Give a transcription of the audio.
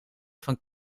van